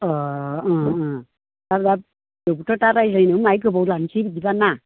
अ ओं ओं आरो दा बेफोरखौथ' दा रायज्लायनो बाहाय गोबाव जानोसै बिदिबा ना